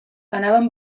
anaven